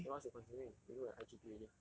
then what you considering you look at I_G_P already